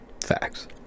Facts